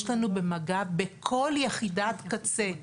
יש לנו יוהל"ניות בכל יחידת קצה במג"ב,